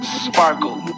sparkle